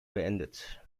beendet